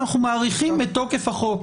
אנחנו מאריכים את תוקף החוק,